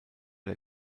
der